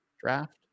draft